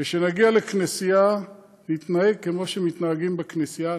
וכשנגיע לכנסייה נתנהג כמו שמתנהגים בכנסייה,